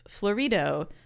Florido